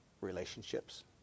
relationships